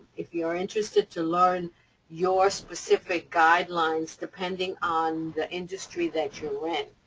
if you're interested to learn your specific guidelines, depending on the industry that you're in.